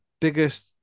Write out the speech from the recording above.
biggest